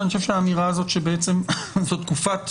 זאת תקופת